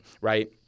Right